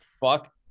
fuck